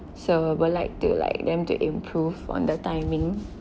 so we're like to like them to improve on the timings